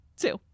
Two